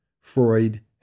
Freud